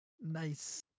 Nice